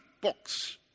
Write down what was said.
books